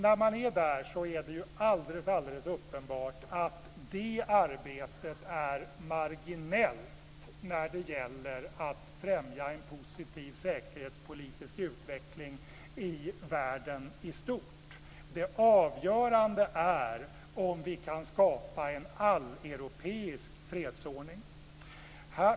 När man är där är det dock alldeles uppenbart att det arbetet är marginellt när det gäller att främja en positiv säkerhetspolitisk utveckling i världen i stort. Det avgörande är om vi kan skapa en alleuropeisk fredsordning.